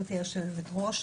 גברתי היושבת-ראש,